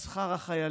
על שכר החיילים